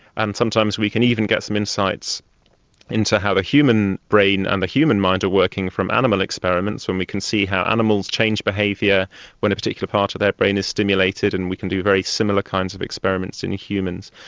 and sometimes we can even get some insights into how the human brain and the human mind are working from animal experiments when we can see how animals change behaviour when a particular part of their brain is stimulated, and we can do very similar kinds of experiments in humans.